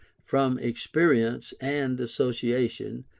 from experience and association,